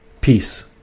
Peace